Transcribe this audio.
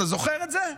אתה זוכר את זה?